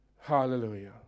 Hallelujah